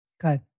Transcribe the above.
Good